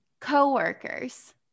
coworkers